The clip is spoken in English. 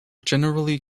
generally